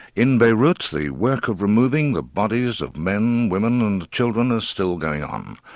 in beirut, the work of removing the bodies of men, women and children is still going on.